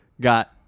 got